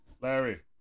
Larry